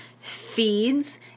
feeds